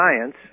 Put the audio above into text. science